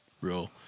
real